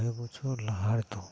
ᱢᱚᱬᱮ ᱵᱚᱪᱷᱚᱨ ᱞᱟᱦᱟ ᱨᱮᱫᱚ